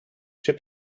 chip